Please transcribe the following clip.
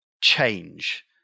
change